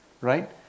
right